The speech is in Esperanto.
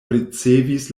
ricevis